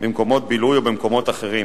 במקומות בילוי או במקומות אחרים,